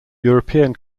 european